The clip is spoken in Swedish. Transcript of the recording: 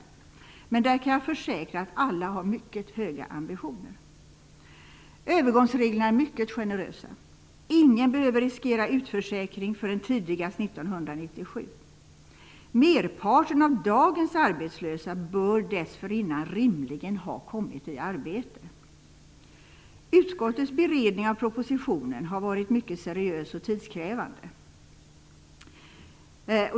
Men jag kan försäkra att alla har mycket höga ambitioner. Övergångsreglerna är mycket generösa. Ingen behöver riskera utförsäkring förrän tidigast 1997. Merparten av dagens arbetslösa bör dessförinnan rimligen ha kommit i arbete. Utskottets beredning av propositionen har varit mycket seriös och tidskrävande.